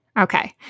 Okay